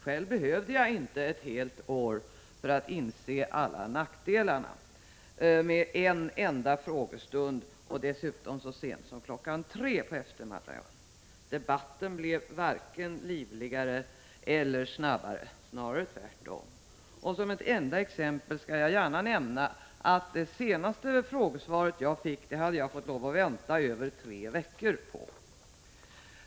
Själv behövde jag inte ett helt år för att inse alla nackdelarna med en enda frågestund och dessutom så sent som kl. 3 på eftermiddagen. Debatten blev varken livligare eller snabbare, snarare tvärtom. Som enda exempel kan jag nämna att det senaste frågesvaret, som jag fick, hade jag fått vänta över tre veckor på.